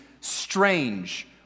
strange